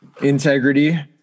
integrity